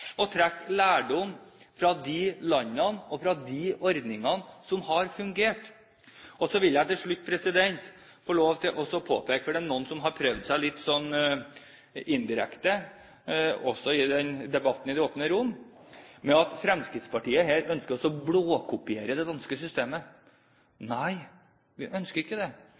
å trekke lærdom av de landene hvor det har fungert, og av de ordningene som har fungert. Så vil jeg til slutt få lov til å påpeke noe. Det er noen som litt indirekte også i debatten i det åpne rom har prøvd seg med at Fremskrittspartiet her ønsker å blåkopiere det danske systemet. Nei, vi ønsker ikke det.